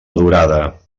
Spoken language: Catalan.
durada